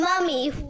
Mummy